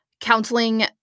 counseling